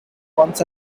once